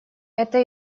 это